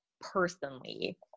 personally